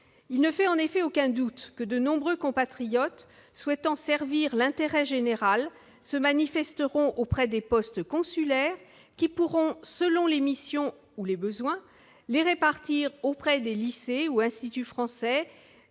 Il ne fait aucun doute que de nombreux compatriotes souhaitant servir l'intérêt général se manifesteront auprès des postes consulaires, qui pourront, selon les missions ou les besoins, les répartir auprès des lycées et instituts français,